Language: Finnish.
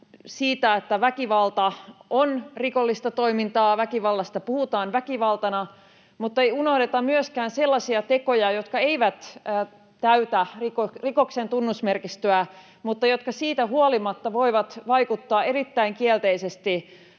että väkivalta on rikollista toimintaa ja väkivallasta puhutaan väkivaltana mutta ei unohdeta myöskään sellaisia tekoja, jotka eivät täytä rikoksen tunnusmerkistöä mutta jotka siitä huolimatta voivat vaikuttaa erittäin kielteisesti